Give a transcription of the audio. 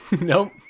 nope